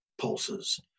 pulses